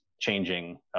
changing